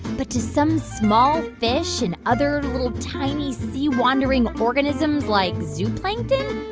but to some small fish and other little, tiny, sea-wandering organisms like zooplankton,